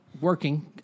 working